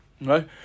right